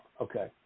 Okay